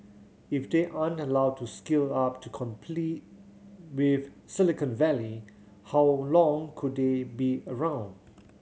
if they aren't allowed to scale up to complete with Silicon Valley how long could they be around